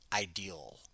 ideal